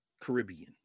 Caribbean